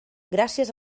gràcies